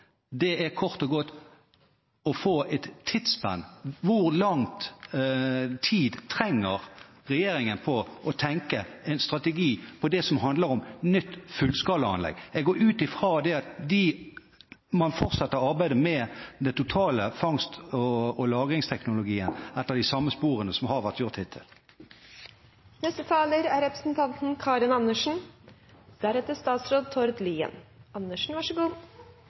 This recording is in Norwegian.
Vi har kort og godt spurt om å få et tidsspenn: Hvor lang tid trenger regjeringen på å tenke ut en strategi om det som handler om nytt fullskala anlegg? Jeg går ut fra at man fortsetter arbeidet med den totale fangst- og lagringsteknologien etter de samme sporene som har vært fulgt hittil. Det var representanten Astrup som fikk meg til å ta ordet. Poenget her er